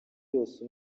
yose